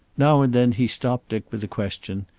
now and then he stopped dick with a question,